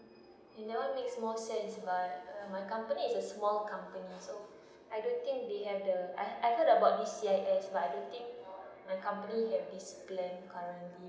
it never makes more sense but uh my company is a small company so I don't think they have the I I heard about this C_I_S but I don't think my company has this plan currently